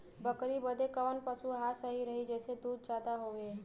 बकरी बदे कवन पशु आहार सही रही जेसे दूध ज्यादा होवे?